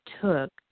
took